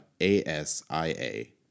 A-S-I-A